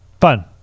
Fun